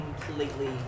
completely